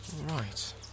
Right